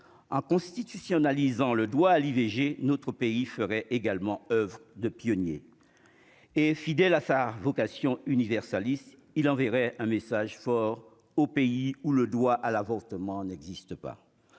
à constitutionnaliser le droit à l'IVG, notre pays feraient également de pionnier et fidèle Afar vocation universaliste, il enverrait un message fort aux pays ou le droit à l'avortement n'existe pas